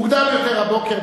מוקדם יותר הבוקר,